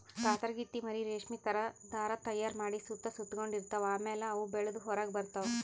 ಪಾತರಗಿತ್ತಿ ಮರಿ ರೇಶ್ಮಿ ಥರಾ ಧಾರಾ ತೈಯಾರ್ ಮಾಡಿ ಸುತ್ತ ಸುತಗೊಂಡ ಇರ್ತವ್ ಆಮ್ಯಾಲ ಅವು ಬೆಳದ್ ಹೊರಗ್ ಬರ್ತವ್